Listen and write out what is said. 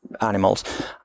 animals